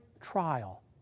trial